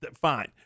fine